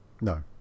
No